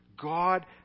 God